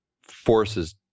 forces